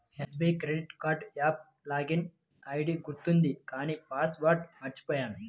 SBI credit card app login ID గుర్తుంది కానీ password మర్చిపొయ్యాను